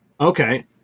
Okay